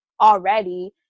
already